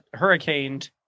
hurricaned